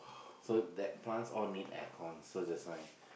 so that plants all need aircon so that's why